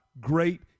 great